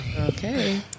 Okay